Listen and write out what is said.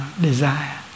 desire